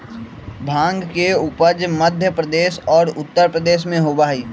भांग के उपज मध्य प्रदेश और उत्तर प्रदेश में होबा हई